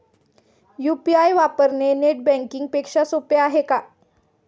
UPI वापरणे net banking पेक्षा सोपे आहे का?